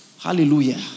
Hallelujah